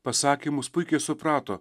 pasakymus puikiai suprato